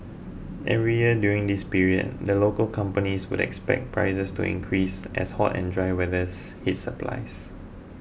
every year during this period the local companies would expect prices to increase as hot and dry weathers hits supplies